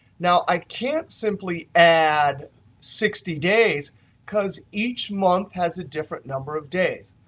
now, i can't simply add sixty days because each month has a different number of days.